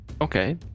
Okay